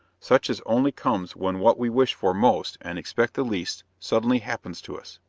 such as only comes when what we wish for most and expect the least suddenly happens to us.